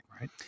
right